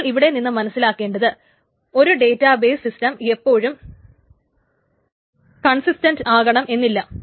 നമ്മൾ ഇവിടെ നിന്ന് മനസ്സിലാക്കിയത് ഒരു ഡേറ്റാബേസ് സിസ്റ്റം എപ്പോഴും കൺസിസ്റ്റൻറ് ആകണമെന്ന് ഇല്ല